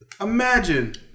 Imagine